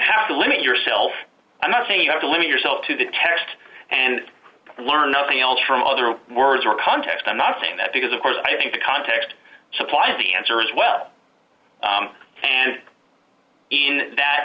have to limit yourself i'm not saying you have to limit yourself to the test and learn nothing else from other words or context i'm not saying that because of course i think the context supplied the answer is web and in that